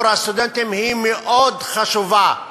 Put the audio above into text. היא מאוד חשובה,